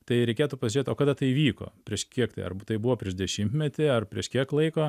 tai reikėtų pažiūrėt o kada tai įvyko prieš kiek tai ar tai buvo prieš dešimtmetį ar prieš kiek laiko